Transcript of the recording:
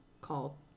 called